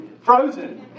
Frozen